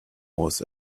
was